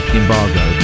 embargo